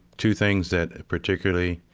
two things that particularly